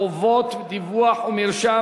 חובות דיווח ומרשם),